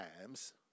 times